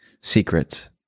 secrets